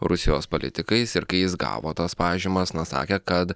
rusijos politikais ir kai jis gavo tas pažymas na sakė kad